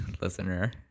listener